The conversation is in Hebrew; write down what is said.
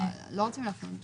לא רוצים להפנות.